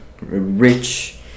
rich